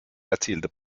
erzielte